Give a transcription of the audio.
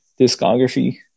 discography